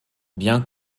bien